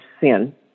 sin